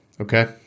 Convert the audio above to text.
Okay